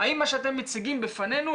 האם מה שאתם מציגים בפנינו,